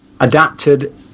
adapted